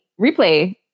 replay